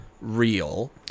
real